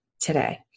today